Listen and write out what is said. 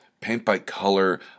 paint-by-color